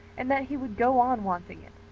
and that he would go on wanting it.